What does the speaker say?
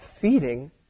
feeding